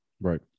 Right